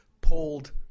pulled